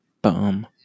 Bum